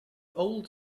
old